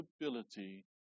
ability